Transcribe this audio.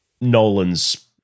Nolan's